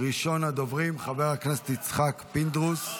ראשון הדוברים, חבר הכנסת יצחק פינדרוס.